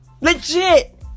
Legit